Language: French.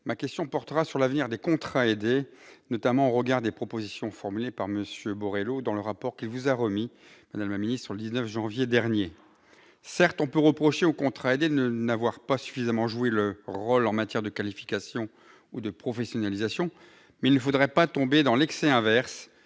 Ma question portera sur l'avenir des contrats aidés, notamment au regard des propositions formulées par M. Borello dans le rapport qu'il vous a remis, madame la ministre, le 16 janvier dernier. Certes, on peut reprocher aux contrats aidés de n'avoir pas suffisamment joué leur rôle en matière de qualification ou de professionnalisation, mais il ne faudrait pas tomber dans l'excès inverse